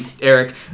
Eric